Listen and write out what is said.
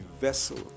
vessel